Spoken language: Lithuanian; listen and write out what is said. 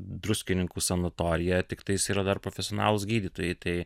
druskininkų sanatorija tiktais yra dar profesionalūs gydytojai tai